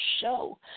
show